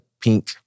pink